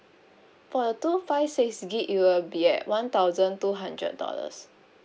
for two five six gig it will be at one thousand two hundred dollars